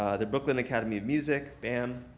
the brooklyn academy of music, bam,